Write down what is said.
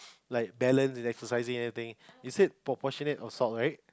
like balance and exercising everything you said proportionate of salt right